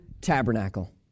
tabernacle